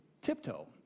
tiptoe